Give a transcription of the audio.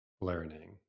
learning